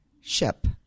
Ship